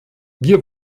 wir